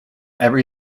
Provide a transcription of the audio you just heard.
every